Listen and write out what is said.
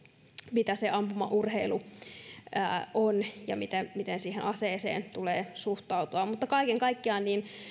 mitä se ampumaurheilu on ja miten siihen aseeseen tulee suhtautua mutta kaiken kaikkiaan